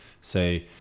say